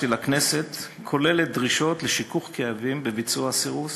שהגשתי לכנסת כוללת דרישות לשיכוך כאבים בביצוע הסירוס